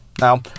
Now